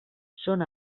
són